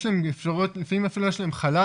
יש להם אפשרות ולפעמים אפילו יש להם חלל,